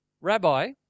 rabbi